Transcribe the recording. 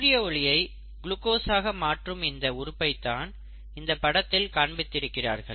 சூரிய ஒளியை குளுக்கோஸ்சாக மாற்றும் இந்த உறுப்பை தான் இந்த படத்தில் காண்பித்திருக்கிறார்கள்